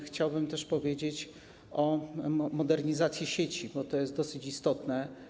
Chciałbym też powiedzieć o modernizacji sieci, bo to jest dosyć istotne.